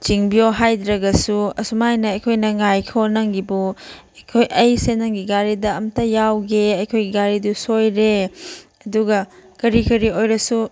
ꯆꯤꯡꯕꯤꯌꯣ ꯍꯥꯏꯗ꯭ꯔꯒꯁꯨ ꯑꯁꯨꯃꯥꯏꯅ ꯑꯩꯈꯣꯏꯅ ꯉꯥꯏꯈꯣ ꯅꯪꯒꯤꯕꯨ ꯑꯩꯈꯣꯏ ꯑꯩꯁꯦ ꯅꯪꯒꯤ ꯒꯥꯔꯤꯗ ꯑꯃꯇ ꯌꯥꯎꯒꯦ ꯑꯩꯈꯣꯏꯒꯤ ꯒꯥꯔꯤꯗꯨ ꯁꯣꯏꯔꯦ ꯑꯗꯨꯒ ꯀꯔꯤ ꯀꯔꯤ ꯑꯣꯏꯔꯁꯨ